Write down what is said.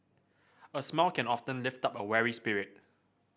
a smile can often lift up a weary spirit